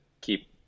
keep